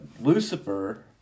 Lucifer